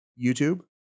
YouTube